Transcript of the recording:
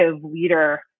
leader